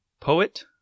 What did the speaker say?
poet